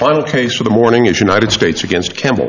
final case for the morning is united states against campbell